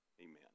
Amen